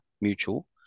mutual